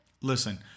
Listen